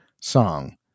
song